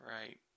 right